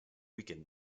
weakened